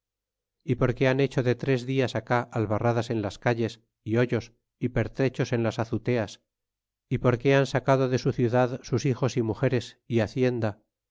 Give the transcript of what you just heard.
é por que han hecho de tres dias acá albarradas en las calles hoyos é pertrechos en las azuteas é por que han sacado de su ciudad sus hijos é mugeres y hacienda